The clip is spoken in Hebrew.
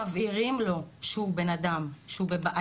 כשמבהירים לו שהוא בבעיה,